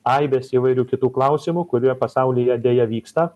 aibės įvairių kitų klausimų kurie pasaulyje deja vyksta